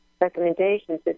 recommendations